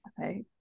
okay